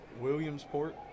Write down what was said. Williamsport